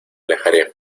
alejaré